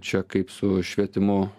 čia kaip su švietimu